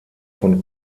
von